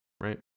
right